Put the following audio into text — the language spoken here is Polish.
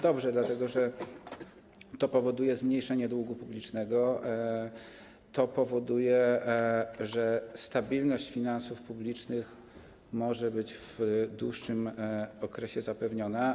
Dobrze, dlatego że to powoduje zmniejszenie długu publicznego, to powoduje, że stabilność finansów publicznych może być w dłuższym okresie zapewniona.